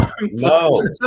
No